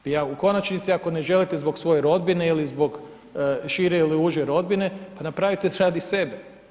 Pa u konačnici ako ne želite zbog svoje rodbine ili zbog šire ili uže rodbine, pa napravite radi sebe.